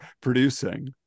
producing